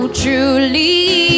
truly